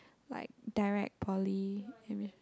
like direct poly